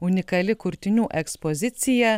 unikali kurtinių ekspozicija